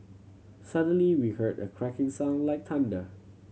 suddenly we heard a cracking sound like thunder